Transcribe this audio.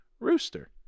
rooster